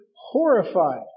horrified